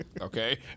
Okay